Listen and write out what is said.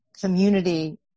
community